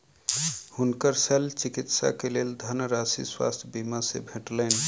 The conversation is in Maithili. हुनकर शल्य चिकित्सा के लेल धनराशि स्वास्थ्य बीमा से भेटलैन